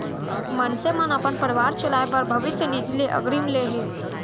मनसे मन अपन परवार चलाए बर भविस्य निधि ले अगरिम ले हे